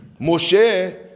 Moshe